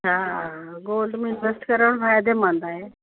हा गोल्ड में इंवेस्ट करणु फ़ाइदेमंद आहे